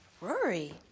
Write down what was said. Rory